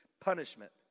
punishment